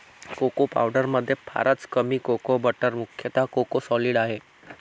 cocoa पावडरमध्ये फारच कमी कोको बटर मुख्यतः कोको सॉलिड आहे